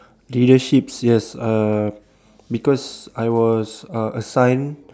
leaderships yes uh because I was uh assigned